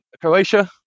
Croatia